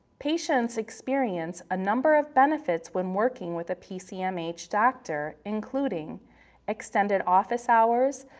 patients experience a number of benefits when working with a pcmh doctor, including extended office hours,